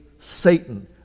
Satan